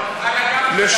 מה,